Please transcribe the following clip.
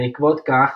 בעקבות-כך,